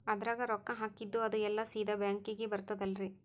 ಅದ್ರಗ ರೊಕ್ಕ ಹಾಕಿದ್ದು ಅದು ಎಲ್ಲಾ ಸೀದಾ ಬ್ಯಾಂಕಿಗಿ ಬರ್ತದಲ್ರಿ?